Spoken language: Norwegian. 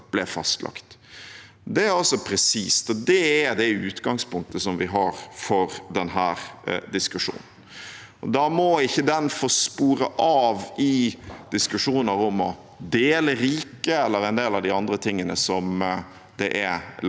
det er det utgangspunktet vi har for denne diskusjonen. Da må ikke den få spore av i diskusjoner om å dele riket, eller en del av de andre tingene som det ble lagt opp